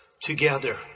Together